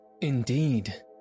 Indeed